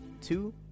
two